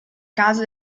caso